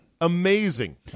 Amazing